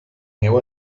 meu